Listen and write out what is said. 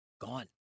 gone